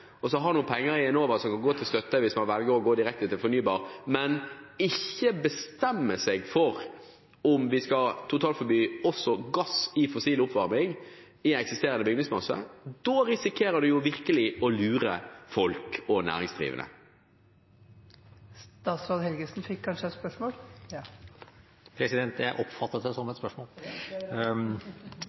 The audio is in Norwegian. noen penger til overs som kan gå til støtte hvis man velger å gå direkte til fornybar, men ikke bestemmer seg for om vi også skal totalforby gass i fossil oppvarming i eksisterende bygningsmasse – da risikerer man jo virkelig å lure folk, og næringsdrivende. Statsråd Helgesen fikk kanskje et spørsmål? Jeg oppfattet det som et spørsmål.